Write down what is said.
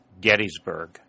Gettysburg